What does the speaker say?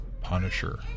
Punisher